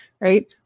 right